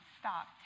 stop